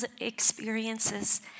experiences